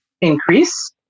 increase